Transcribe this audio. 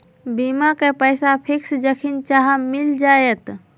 बीमा के पैसा फिक्स जखनि चाहम मिल जाएत?